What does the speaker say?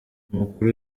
umukuru